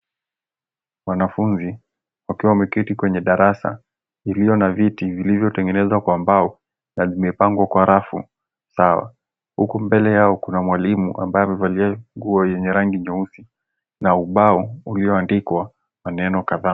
Wanafunzi wakiwa wameketi kwenye darasa lililo na viti vilivyotengenezwa kwa mbao na zimepangwa kwa rafu sawa. Huku mbele yao kuna mwalimu, ambaye amevalia nguo yenye rangi nyeusi na ubao ulioandikwa maneno kadhaa.